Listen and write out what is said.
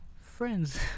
friends